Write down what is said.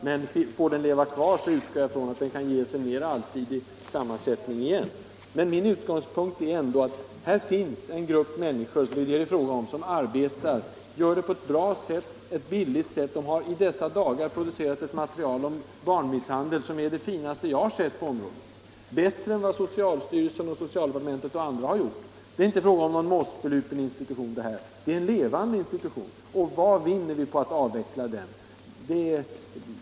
Men får den leva kvar, så utgår jag ifrån att den kan ges en mera allsidig sammansättning igen. Min utgångspunkt är ändå att här finns en grupp människor som arbetar på ett bra sätt — och ett billigt sätt. De har i dessa dagar publicerat ett material om barnmisshandel som är det finaste jag har sett på området —- bättre än vad socialstyrelsen, socialdepartementet och andra har gjort. Det är inte fråga om någon mossbelupen institution utan det är en levande institution. Och vad vinner vi på att avveckla den?